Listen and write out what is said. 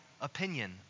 opinion